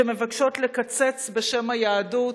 שמבקשות לקצץ בשם היהדות